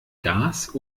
gas